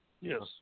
Yes